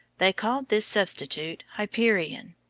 they called this substitute hyperion.